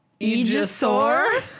Aegisaur